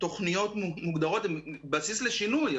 תוכניות מוגדרות עם בסיס לשינוי,